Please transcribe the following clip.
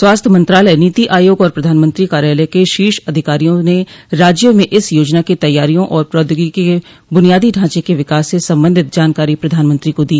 स्वास्थ्य मंत्रालय नीति आयोग और प्रधानमंत्री कार्यालय के शीर्ष अधिकारियों ने राज्यों में इस योजना की तैयारियों और प्रौद्योगिकी के बुनियादी ढांचे के विकास से संबंधित जानकारी प्रधानमंत्री को दी